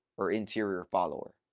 or interior follower,